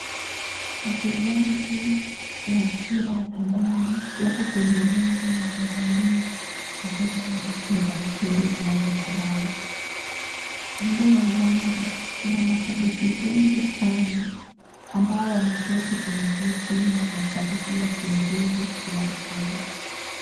Wachezaji wa mpira ya kandanda wako kwenye uwanja na wamevalia sare zao rasmi za mchezo zinazofanana. Kando ya uwanja kuna mashabiki wengi sana ambao wameketi kwenye viti na wanashabikia timu hizi zinazo cheza.